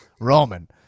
Roman